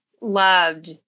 loved